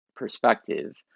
perspective